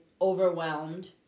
overwhelmed